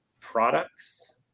products